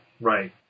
Right